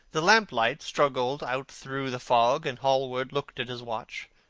the lamplight struggled out through the fog, and hallward looked at his watch.